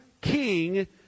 king